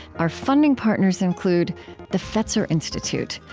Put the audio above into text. our funding partners include the fetzer institute,